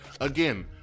again